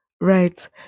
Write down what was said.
right